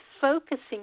focusing